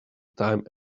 time